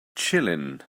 chilling